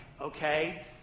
okay